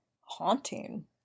haunting